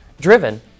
driven